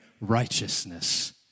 righteousness